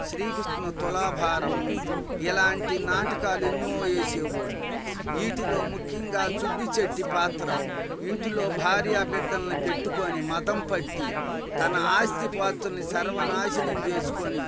శ్రీ కృష్ణ తులాభారము ఇలాంటి నాటకాలు ఎన్నో వేసేవాళ్ళు వీటిలో ముఖ్యంగా సుబ్బిశెట్టి పాత్ర ఇంటిలో భార్య బిడ్డల్నిపెట్టుకొని మధం పట్టి తన ఆస్తిపాస్తులని సర్వనాశనం చేసుకొని